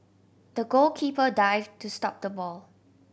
the goalkeeper dive to stop the ball